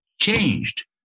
changed